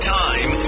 time